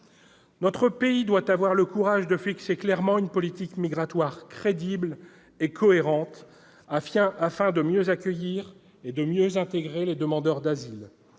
Notre pays doit avoir le courage de fixer clairement une politique migratoire crédible et cohérente, afin de mieux accueillir et de mieux intégrer les demandeurs d'asile,